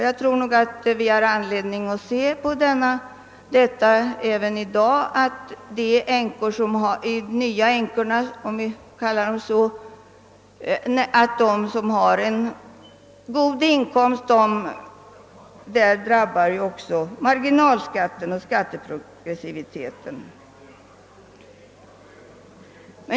Jag tror att vi har anledning även i dag att tänka på att de nya änkor, om man får kalla dem så, som har en god inkomst drabbas av en hög marginalskatt.